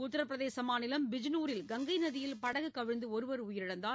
உத்திரப்பிரதேச மாநிலம் பிஜ்னூரில் கங்கை நதியில் படகு கவிழ்ந்து ஒருவர் உயிரிழந்தார்